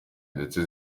ndetse